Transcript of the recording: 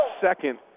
second